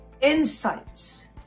insights